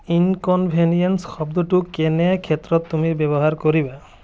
inconvenience শব্দটো কেনে ক্ষেত্ৰত তুমি ব্যৱহাৰ কৰিবা